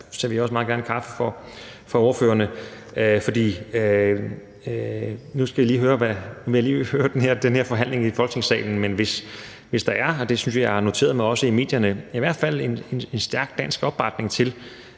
serverer også meget gerne kaffe for ordførerne. Nu skal vi lige føre den her forhandling i Folketingssalen, men hvis der er – og det har jeg noteret mig i medierne at der er – en stærk dansk opbakning til